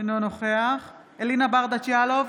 אינו נוכח אלינה ברדץ' יאלוב,